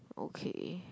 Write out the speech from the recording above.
okay